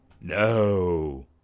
no